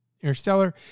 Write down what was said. Interstellar